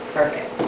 Perfect